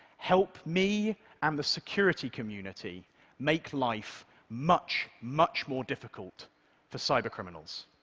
help me and the security community make life much, much more difficult for cybercriminals.